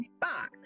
box